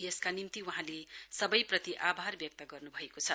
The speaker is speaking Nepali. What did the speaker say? यसका निम्ति वहाँले सवैप्रति आभार व्यक्त गर्नुभएको छ